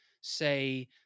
say